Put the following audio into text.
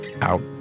out